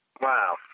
Wow